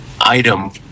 item